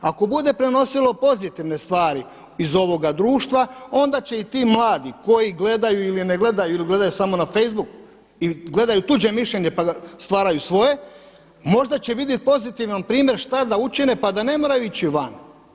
Ako bude prenosilo pozitivne stvari iz ovoga društva onda će i ti mladi koji gledaju ili ne gledaju ili gledaju samo na facebooku i gledaju tuđe mišljenje pa stvaraju svoje, možda će vidjeti pozitivan primjer šta da učine pa da ne moraju ići van.